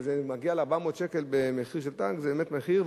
וזה מגיע ל-400 שקל, מחיר של טנק, זה באמת מחיר.